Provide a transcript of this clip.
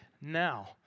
Now